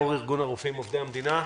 יו"ר אגוד הרופאים עובדי המדינה.